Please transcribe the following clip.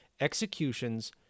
executions